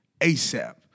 ASAP